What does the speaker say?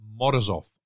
Morozov